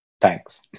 thanks